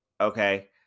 okay